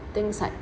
things like